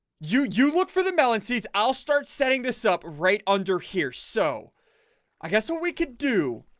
you you look for the melon seeds. i'll start setting this up right under here, so i guess what we could do